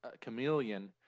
chameleon